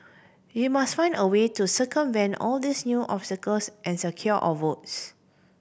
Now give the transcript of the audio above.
we must find a way to circumvent all these new obstacles and secure our votes